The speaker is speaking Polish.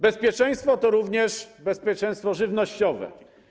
Bezpieczeństwo to również bezpieczeństwo żywnościowe.